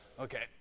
okay